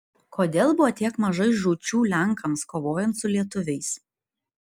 kodėl buvo tiek mažai žūčių lenkams kovojant su lietuviais